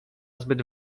zbyt